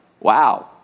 wow